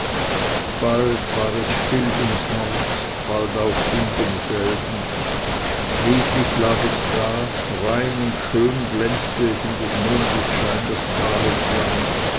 bald war es still ums haus bald auch still in demselben friedlich lag es da rein und schön glänzte es in des mondes schein das tal entlang